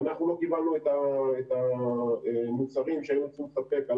ואנחנו לא קיבלנו את המוצרים שהיינו צריכים לספק.